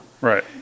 Right